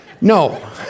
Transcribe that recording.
No